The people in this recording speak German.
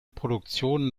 produktionen